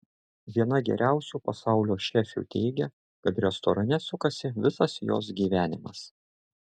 viena geriausių pasaulio šefių teigia kad restorane sukasi visas jos gyvenimas